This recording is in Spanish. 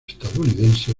estadounidense